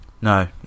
No